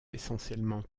essentiellement